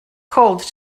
cold